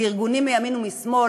לארגונים מימין ומשמאל,